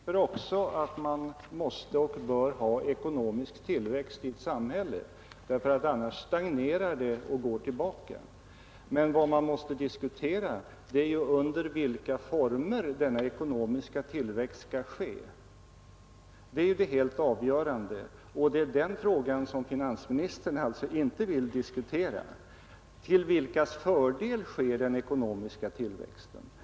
Herr talman! Jag begriper också att man måste och bör ha ekonomisk tillväxt i ett samhälle; annars stagnerar det och går tillbaka. Men vad man måste diskutera är under vilka former denna ekonomiska tillväxt skall ske. Det helt avgörande — och det är den frågan som finansministern alltså inte vill diskutera — är: Till vilkas fördel sker den ekonomiska tillväxten?